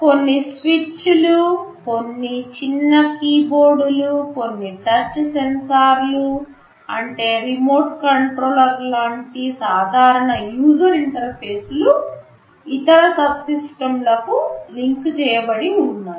కొన్ని స్విచ్లుకొన్ని చిన్న కీబోర్డులు కొన్ని టచ్ సెన్సార్లు అంటే రిమోట్ కంట్రోల్ లాంటి సాధారణ యూజర్ ఇంటర్ఫేస్లు ఇతర సబ్ సిస్టం లకు లింకు చేయబడి ఉంటాయి